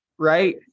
right